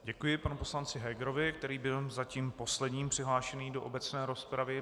Děkuji panu poslanci Hegerovi, který byl zatím posledním přihlášeným do obecné rozpravy.